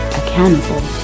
accountable